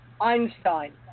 Einstein